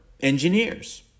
engineers